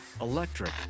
electric